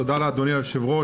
תודה לאדוני היושב-ראש,